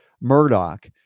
Murdoch